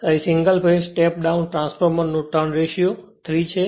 અહીં single phase step down ટ્રાન્સફોર્મરનું turn ratio 3 છે